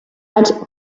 red